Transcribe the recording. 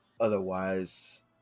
Otherwise